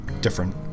different